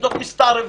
יחידות מסתערבים,